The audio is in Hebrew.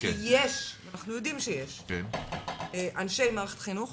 כי אנחנו יודעים שיש אנשי מערכת חינוך